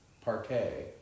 parquet